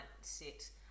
sit